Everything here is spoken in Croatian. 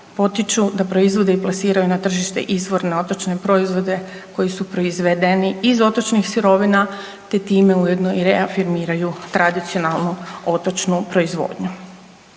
potiču da proizvode i plasiraju na tržište izvorne otočne proizvode koji su proizvedeni iz otočnih sirovina, te tima ujedno i reafirmiraju tradicionalnu otočnu proizvodnju.